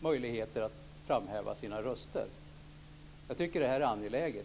möjligheter att framhäva sina röster. Jag tycker att det här är angeläget.